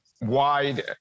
wide